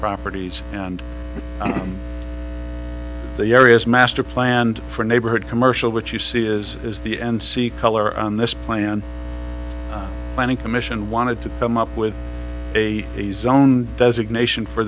properties and the area's master planned for neighborhood commercial which you see is is the and see color on this plan planning commission wanted to come up with a he zone designation for